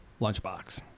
Lunchbox